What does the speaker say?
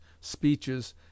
speeches